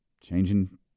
changing